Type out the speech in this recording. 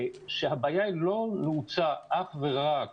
שהבעיה היא לא נעוצה אך ורק